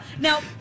Now